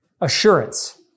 assurance